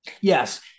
yes